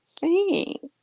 thanks